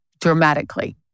dramatically